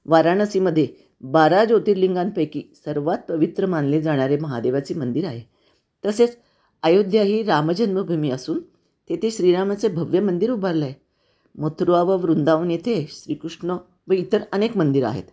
वाराणसीमध्ये बारा ज्योतिर्लिंगांपैकी सर्वात पवित्र मानले जाणारे महादेवाची मंदिर आहे तसेच अयोध्या ही रामजन्मभूमी असून तेथे श्रीरामाचे भव्य मंदिर उभारले आहे मथुरा व वृंदावन येथे श्रीकृष्ण व इतर अनेक मंदिरं आहेत